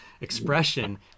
expression